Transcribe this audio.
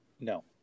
no